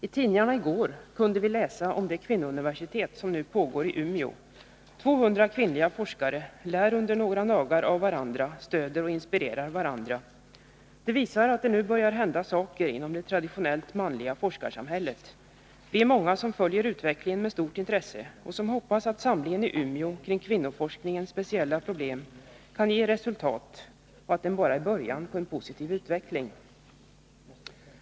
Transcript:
I tidningarna i går kunde vi läsa om det kvinnouniversitet som nu pågår i Umeå. 200 kvinnliga forskare lär under några dagar av varandra, stöder och inspirerar varandra. Det visar att det nu börjar hända saker inom det traditionellt manliga forskarsamhället. Vi är många som följer utvecklingen med stort intresse och som hoppas att samlingen i Umeå kring kvinnoforskningens speciella problem kan ge resultat och att den bara är början på en positiv utveckling.